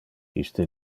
iste